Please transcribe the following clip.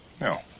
no